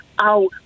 out